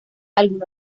algunos